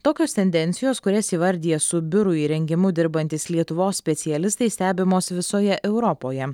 tokios tendencijos kurias įvardija su biurų įrengimu dirbantys lietuvos specialistai stebimos visoje europoje